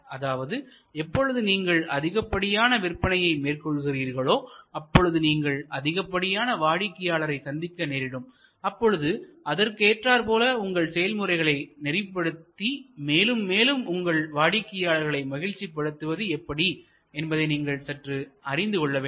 அதாவது எப்பொழுது நீங்கள் அதிகப்படியான விற்பனையை மேற்கொள்கிறீர்களோ அப்பொழுது நீங்கள் அதிகப்படியான வாடிக்கையாளரை சந்திக்க நேரிடும் அப்பொழுது அதற்கு ஏற்றார் போல உங்கள் செயல் முறைகளை நெறிப்படுத்தி மேலும் மேலும் உங்களது வாடிக்கையாளர்களை மகிழ்ச்சிபடுத்துவது எப்படி என்பதை நீங்கள் சற்று அறிந்து கொள்ள வேண்டும்